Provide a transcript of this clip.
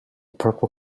purple